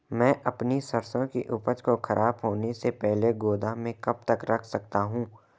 मैं अपनी सरसों की उपज को खराब होने से पहले गोदाम में कब तक रख सकता हूँ?